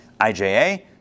IJA